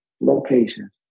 locations